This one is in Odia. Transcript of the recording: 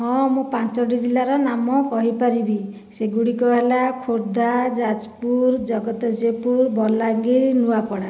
ହଁ ମୁଁ ପାଞ୍ଚୋଟି ଜିଲ୍ଲାର ନାମ କହିପାରିବି ସେଗୁଡ଼ିକ ହେଲା ଖୋର୍ଦ୍ଧା ଯାଜପୁର ଜଗତସିଂହପୁର ବଲାଙ୍ଗୀର ନୂଆପଡ଼ା